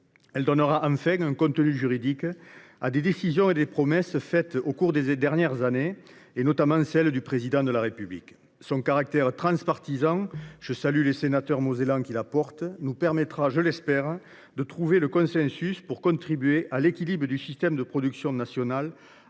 de donner un contenu juridique à des décisions et à des promesses faites au cours des dernières années, notamment par le Président de la République. Son caractère transpartisan – je salue les sénateurs mosellans qui la soutiennent – nous permettra, je l’espère, de trouver un consensus pour contribuer à l’équilibre du système de production nationale